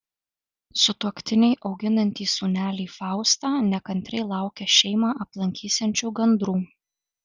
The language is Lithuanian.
sutuoktiniai auginantys sūnelį faustą nekantriai laukia šeimą aplankysiančių gandrų